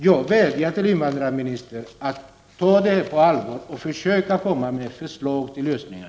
Jag vädjar till invandrarministern att ta problemet på allvar och att försöka komma med förslag till lösningar.